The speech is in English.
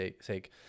sake